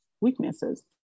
weaknesses